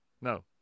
No